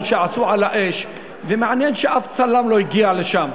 שעשו "על האש" ומעניין שאף צלם לא הגיש לשם,